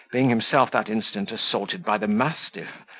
being himself that instant assaulted by the mastiff,